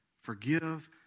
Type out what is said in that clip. forgive